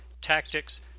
tactics